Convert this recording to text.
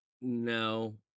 No